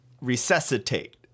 resuscitate